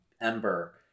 Ember